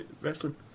wrestling